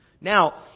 Now